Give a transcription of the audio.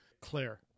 Claire